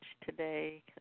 today